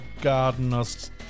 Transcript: gardener's